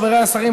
חבריי השרים,